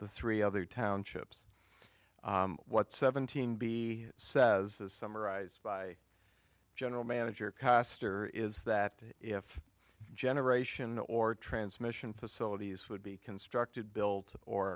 the three other townships what seventeen b says summarized by general manager castor is that if generation or transmission facilities would be constructed built